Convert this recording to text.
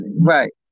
right